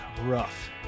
rough